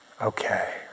okay